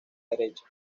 derecha